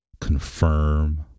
confirm